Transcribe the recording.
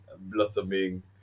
blossoming